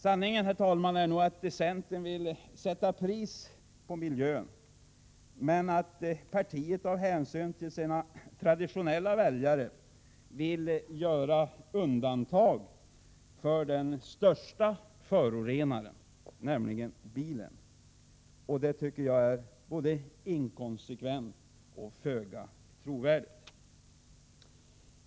Sanningen, herr talman, är nog att centern vill sätta pris på miljön men att partiet av hänsyn till sina traditionella väljare vill göra undantag för den största förorenaren, nämligen bilen. Det tycker jag är både inkonsekvent och föga trovärdigt.